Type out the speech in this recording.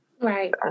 Right